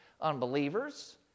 unbelievers